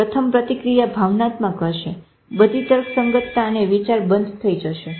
પ્રથમ પ્રતિક્રિયા ભાવનાત્મક હશે બધી તર્કસંગતતા અને વિચાર બંધ થઈ જશે